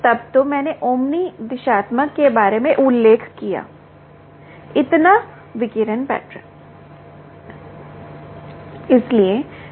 तब तो मैंने ओमनी दिशात्मक के बारे में उल्लेख किया इतना विकिरण पैटर्न